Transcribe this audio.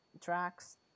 tracks